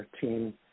team